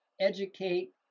educate